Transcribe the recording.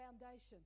foundation